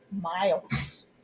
miles